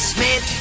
Smith